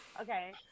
Okay